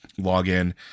login